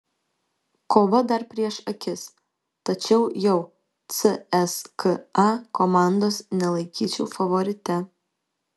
kova dar prieš akis tačiau jau cska komandos nelaikyčiau favorite